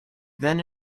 then